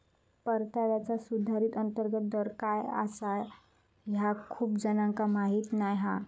परताव्याचा सुधारित अंतर्गत दर काय आसा ह्या खूप जणांका माहीत नाय हा